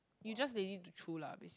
you just lazy to chew lah basic~